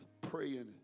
praying